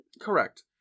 Correct